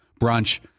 brunch